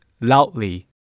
loudly